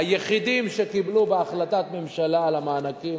היחידים שקיבלו בהחלטת הממשלה על המענקים,